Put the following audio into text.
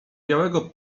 białego